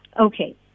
Okay